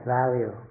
value